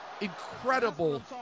incredible